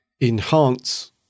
enhance